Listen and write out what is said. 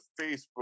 Facebook